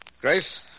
Grace